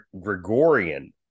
Gregorian